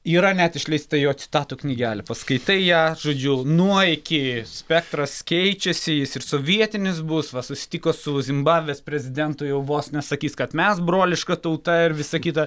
yra net išleista jo citatų knygelė paskaitai ją žodžiu nuo iki spektras keičiasi jis ir sovietinis bus va susitiko su zimbabvės prezidentu jau vos ne sakys kad mes broliška tauta ir visa kita